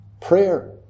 prayer